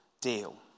deal